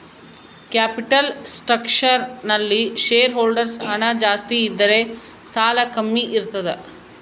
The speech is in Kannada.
ಕ್ಯಾಪಿಟಲ್ ಸ್ಪ್ರಕ್ಷರ್ ನಲ್ಲಿ ಶೇರ್ ಹೋಲ್ಡರ್ಸ್ ಹಣ ಜಾಸ್ತಿ ಇದ್ದರೆ ಸಾಲ ಕಮ್ಮಿ ಇರ್ತದ